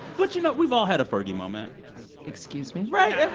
but, you know, we've all had a fergie moment excuse me? right. every.